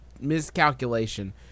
miscalculation